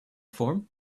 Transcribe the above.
form